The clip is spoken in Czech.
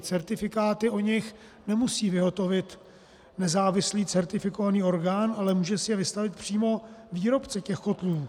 Certifikáty o nich nemusí vyhotovit nezávislý certifikovaný orgán, ale může si je vystavit přímo výrobce těch kotlů.